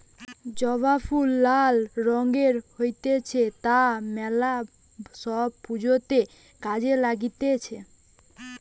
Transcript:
জবা ফুল লাল রঙের হতিছে তা মেলা সব পূজাতে কাজে লাগতিছে